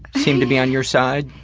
seemed to be on your side?